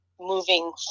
moving